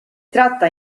tratta